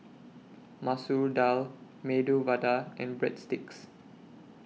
Masoor Dal Medu Vada and Breadsticks